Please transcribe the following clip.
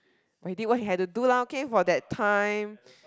what he did what had to do lah okay for that time